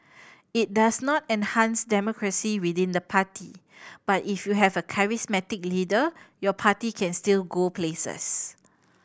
it does not enhance democracy within the party but if you have a charismatic leader your party can still go places